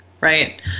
Right